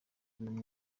b’uyu